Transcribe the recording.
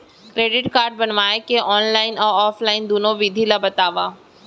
Credit card बनवाए के online अऊ ऑफलाइन दुनो विधि ला बतावव?